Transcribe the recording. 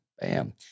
Bam